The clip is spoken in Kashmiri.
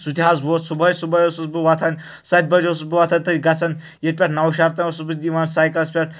سُہ تہِ حظ ووٚتھ صُبحٲے صُبحٲے اوسُس بہٕ وۄتھان سَتہِ بجہِ اوسُس بہٕ وۄتھان تہٕ گَژھان ییٚتہِ پیٹھ نَوشَہر تانۍ اوسُس بہٕ دِوان سایکَلس پیٹھ